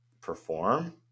perform